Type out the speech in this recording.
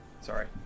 Sorry